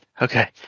Okay